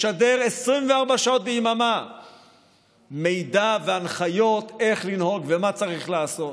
משדר 24 שעות ביממה מידע והנחיות איך לנהוג ומה צריך לעשות?